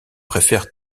préfère